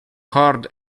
hard